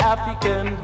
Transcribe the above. African